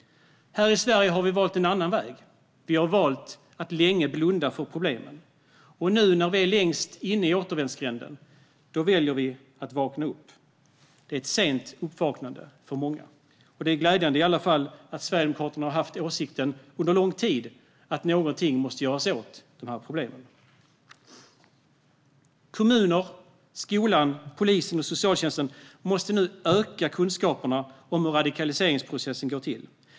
Här i Sverige har vi valt en annan väg. Vi har valt att länge blunda för problemen. Nu när vi är längst inne i återvändsgränden, då väljer vi att vakna upp. Det är ett sent uppvaknande för många. Det är i alla fall glädjande att Sverigedemokraterna under lång tid har haft åsikten att någonting måste göras åt dessa problem. Kommuner, skolan, polisen och socialtjänsten måste nu öka kunskaperna om hur radikaliseringsprocessen går till.